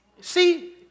see